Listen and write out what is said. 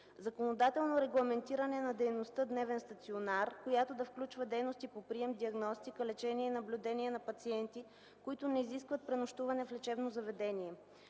законодателно регламентиране на дейността „дневен стационар”, която да включва дейности по прием, диагностика, лечение и наблюдение на пациенти, които не изискват пренощуване в лечебно заведение.